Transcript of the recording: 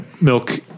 milk